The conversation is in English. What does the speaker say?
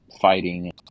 fighting